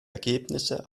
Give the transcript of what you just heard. ergebnisse